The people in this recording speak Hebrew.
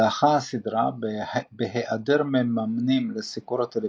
דעכה הסדרה בהיעדר מממנים לסיקור הטלוויזיוני,